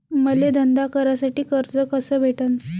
मले धंदा करासाठी कर्ज कस भेटन?